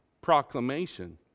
proclamation